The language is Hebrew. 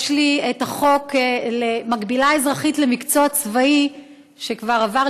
יש לי חוק על מקבילה אזרחית למקצוע צבאי שכבר עבר,